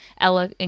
Ella &